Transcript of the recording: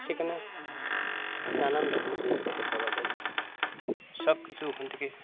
সেখানেও নানান ধরনের জিনিসপত্র পাওয়া যায় সবকিছু ওখান থেকে